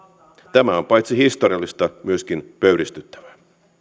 tämä on paitsi historiallista myöskin pöyristyttävää